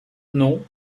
non